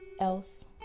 else